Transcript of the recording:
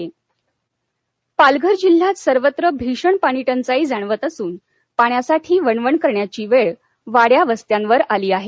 पालघर पाणी पालघर जिल्ह्यात सर्वत्र भीषण पाणी टंचाई जाणवत असून पाण्यासाठी वणवण करण्याची वेळ वाङ्या वस्त्यांवर आली आहे